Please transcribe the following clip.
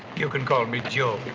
you can call me joe.